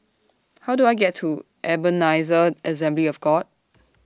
How Do I get to Ebenezer Assembly of God